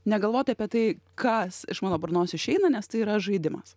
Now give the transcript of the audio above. negalvoti apie tai kas iš mano burnos išeina nes tai yra žaidimas